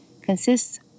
consists